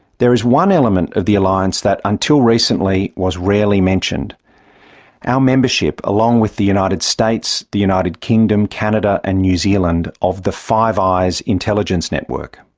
there is one element of the alliance that, until recently, was rarely mentioned our membership, along with the united states, the united kingdom, canada and new zealand, of the five eyes intelligence network.